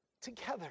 together